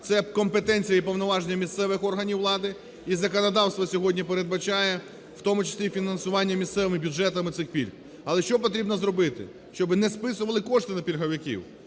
в компетенції і повноваження місцевих органів влади, і законодавство сьогодні передбачає, в тому числі й фінансування місцевими бюджетами цих пільг. Але що потрібно зробити? Щоби не списували кошти на пільговиків,